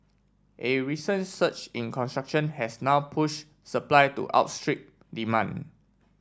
a recent surge in construction has now push supply to outstrip demand